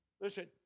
Listen